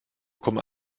kommen